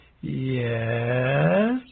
Yes